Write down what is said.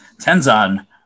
Tenzan